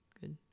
Good